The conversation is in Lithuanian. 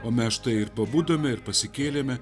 o mes štai ir pabudome ir pasikėlėme